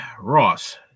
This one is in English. Ross